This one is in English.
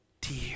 dear